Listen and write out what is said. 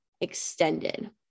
extended